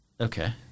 Okay